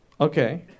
Okay